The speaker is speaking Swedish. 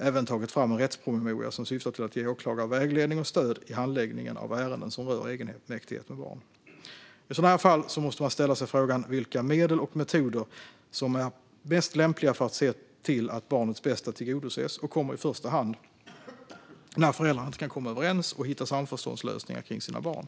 även tagit fram en rättspromemoria som syftar till att ge åklagare vägledning och stöd i handläggningen av ärenden som rör egenmäktighet med barn. I sådana här fall måste man ställa sig frågan vilka medel och metoder som är mest lämpliga för att se till att barnets bästa tillgodoses och kommer i första hand när föräldrar inte kan komma överens och hitta samförståndslösningar kring sina barn.